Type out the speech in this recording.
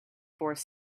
force